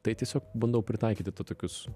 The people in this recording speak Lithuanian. tai tiesiog bandau pritaikyti tą tokius